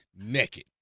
naked